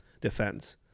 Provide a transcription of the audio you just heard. Defense